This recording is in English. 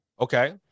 Okay